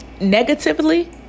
negatively